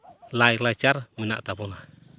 ᱞᱟᱭ ᱞᱟᱠᱪᱟᱨ ᱢᱮᱱᱟᱜ ᱛᱟᱵᱳᱱᱟ